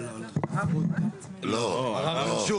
לא, ערר ברשות.